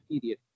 period